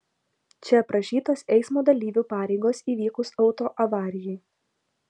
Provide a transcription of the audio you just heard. čia aprašytos eismo dalyvių pareigos įvykus autoavarijai